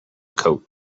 coat